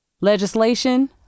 legislation